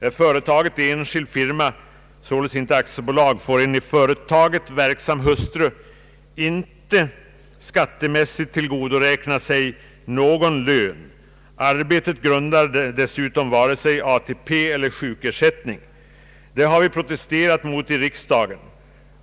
är företaget enskild firma — således inte aktiebolag — får en i företaget verksam hustru inte skattemässigt tillgodoräkna sig någon lön; hennes arbete grundar dessutom inte vare sig ATP eller sjukersättning. Det har vi protesterat mot i riksdagen.